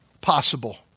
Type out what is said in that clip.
possible